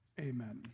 Amen